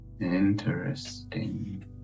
Interesting